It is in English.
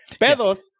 Pedos